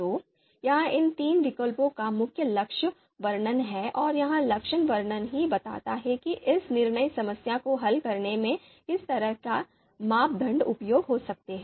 तो यह इन तीन विकल्पों का मुख्य लक्षण वर्णन है और यह लक्षण वर्णन ही बताता है कि इस निर्णय समस्या को हल करने में किस तरह के मापदंड उपयोगी हो सकते हैं